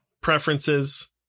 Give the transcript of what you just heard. preferences